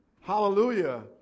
Hallelujah